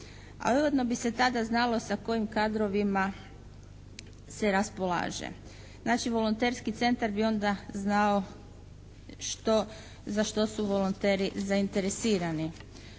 A ujedno bi se tada znalo sa kojim kadrovima se raspolaže. Znači volonterski centar bi onda znao što, za što su volonteri zainteresirani.